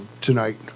tonight